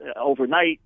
overnight